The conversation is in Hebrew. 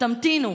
תמתינו,